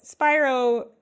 Spyro